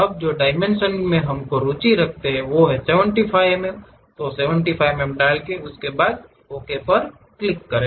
अब जो भी डायमेंशन मे हम रुचि रखते हैं जैसे की 75 मिमी में उसके बाद ओके पर क्लिक करें